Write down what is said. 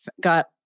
got